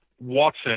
Watson